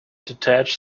detach